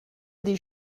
des